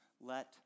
let